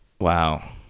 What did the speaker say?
Wow